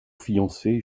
fiancé